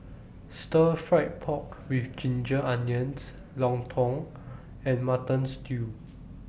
Stir Fried Pork with Ginger Onions Lontong and Mutton Stew